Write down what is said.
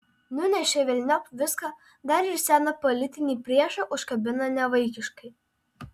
nunešė velniop viską dar ir seną politinį priešą užkabino nevaikiškai